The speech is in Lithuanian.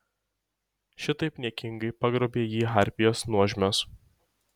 šitaip niekingai pagrobė jį harpijos nuožmios